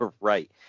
Right